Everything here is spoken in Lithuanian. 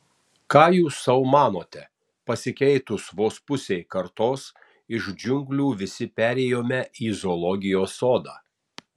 ką jūs sau manote pasikeitus vos pusei kartos iš džiunglių visi perėjome į zoologijos sodą